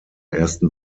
ersten